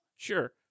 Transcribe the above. Sure